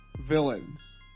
Villains